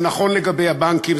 זה נכון לגבי הבנקים,